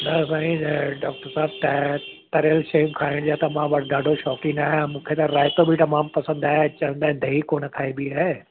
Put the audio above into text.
त साईं डॉक्टर साहिबु त तरियल शयूं खाइण जा त मां ॾाढो शौक़िनि आहियां मूंखे त रायतो बि तमामु पसंदि आहे चवंदा आहिनि ॾही कोन खाइबी आहे